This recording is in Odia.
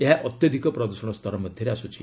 ଏହା ଅତ୍ୟଧିକ ପ୍ରଦୃଷଣ ସ୍ତର ମଧ୍ୟରେ ଆସୁଛି